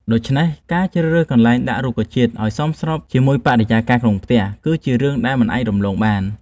ដូច្នេះ ការជ្រើសរើសកន្លែងដាក់រុក្ខជាតិឲ្យសមស្របជាមួយបរិយាកាសក្នុងផ្ទះ គឺជារឿងដែលមិនអាចមើលរំលងបាន។